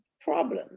problem